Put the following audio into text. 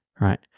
right